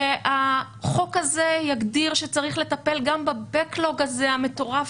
שהחוק הזה יגדיר שצריך לטפל גם ב-backlog הזה המטורף